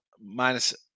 minus